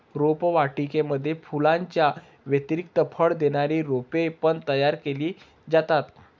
रोपवाटिकेमध्ये फुलांच्या व्यतिरिक्त फळ देणारी रोपे पण तयार केली जातात